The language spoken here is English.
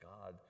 God